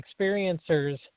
experiencers